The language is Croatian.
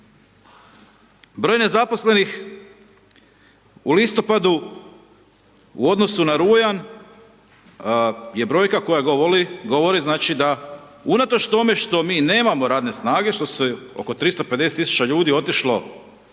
Broj nezaposlenih u listopadu u odnosu na rujan je brojka koja govori znači da unatoč tome što mi nemamo radne snage, što je oko 350 000 ljudi otišlo u